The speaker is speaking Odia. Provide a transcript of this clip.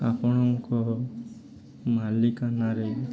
ଆପଣଙ୍କ ମାଲିକାନାରେ